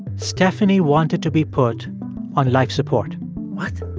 stephanie wanted to be put on life support what?